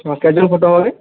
ହଁ କେତେ ଜଣ ଫଟୋ ହେବ କି